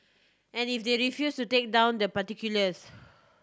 and if they refuse to take down the particulars